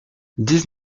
dix